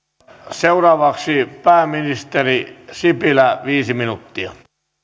seuraavaksi pääministeri sipilä viisi minuuttia